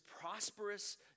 prosperous